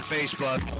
Facebook